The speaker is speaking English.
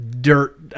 dirt